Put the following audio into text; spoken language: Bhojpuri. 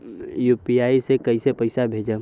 यू.पी.आई से कईसे पैसा भेजब?